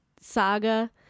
saga